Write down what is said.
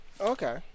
Okay